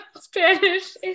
Spanish